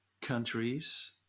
countries